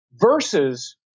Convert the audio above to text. versus